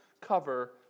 cover